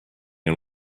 and